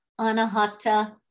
Anahata